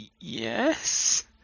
Yes